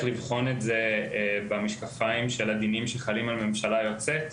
לבחון את זה במשקפיים של הדינים שחלים על ממשלה יוצאת,